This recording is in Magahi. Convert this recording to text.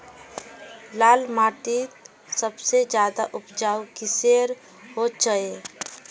लाल माटित सबसे ज्यादा उपजाऊ किसेर होचए?